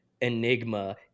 enigma